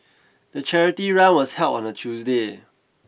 the charity run was held on a Tuesday